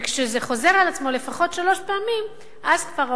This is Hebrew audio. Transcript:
וכשזה חוזר על עצמו לפחות שלוש פעמים ההורים